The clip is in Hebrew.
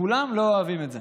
כולם לא אוהבים את זה,